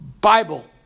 Bible